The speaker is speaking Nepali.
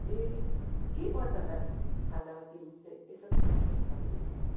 ए के पर्छ होला खानामा त्यो चाहिँ यसो भन्दिनुहोस् न